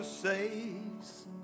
saves